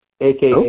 AKA